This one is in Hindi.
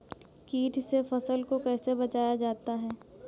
कीट से फसल को कैसे बचाया जाता हैं?